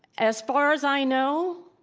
as far as i know,